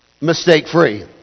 mistake-free